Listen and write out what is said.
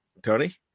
Tony